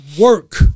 work